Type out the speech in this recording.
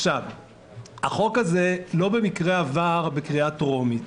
הצעת החוק הזאת לא במקרה עברה בקריאה הטרומית.